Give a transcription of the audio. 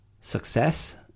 success